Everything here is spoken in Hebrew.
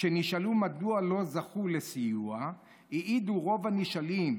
כשנשאלו מדוע לא זכו לסיוע העידו רוב הנשאלים,